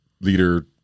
leader